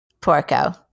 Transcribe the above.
Porco